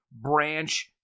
branch